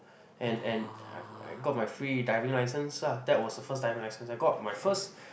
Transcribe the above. and and I I got my free diving license lah that was the first diving license I got my first